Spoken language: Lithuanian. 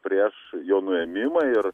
prieš jo nuėmimą ir